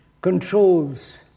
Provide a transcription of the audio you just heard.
controls